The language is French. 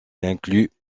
inclut